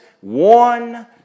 one